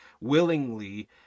willingly